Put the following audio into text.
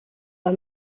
war